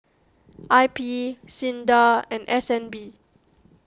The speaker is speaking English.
I P Sinda and S N B